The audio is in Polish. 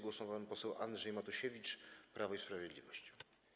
Głos ma pan poseł Andrzej Matusiewicz, Prawo i Sprawiedliwość.